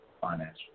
financial